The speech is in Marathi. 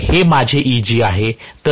तर हे माझे Eg आहे